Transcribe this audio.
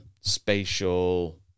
spatial